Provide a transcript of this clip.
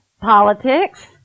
politics